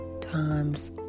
times